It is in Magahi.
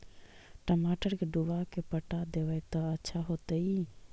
टमाटर के डुबा के पटा देबै त अच्छा होतई?